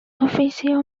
officio